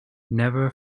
never